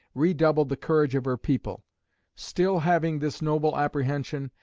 redoubled the courage of her people still having this noble apprehension,